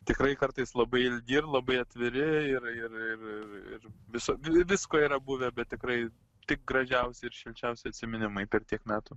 tikrai kartais labai ilgi ir labai atviri ir ir ir ir viso visko yra buvę bet tikrai tik gražiausi ir šilčiausi atsiminimai per tiek metų